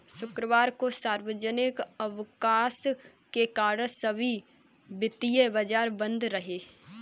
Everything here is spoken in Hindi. शुक्रवार को सार्वजनिक अवकाश के कारण सभी वित्तीय बाजार बंद रहे